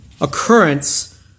occurrence